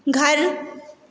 घर